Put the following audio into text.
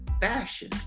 fashion